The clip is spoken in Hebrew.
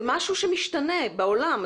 זה משהו שמשתנה בעולם.